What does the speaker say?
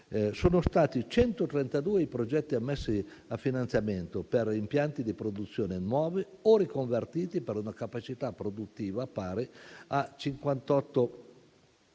Sono stati 132 i progetti ammessi a finanziamento per impianti di produzione nuovi o riconvertiti per una capacità produttiva pari a 58,119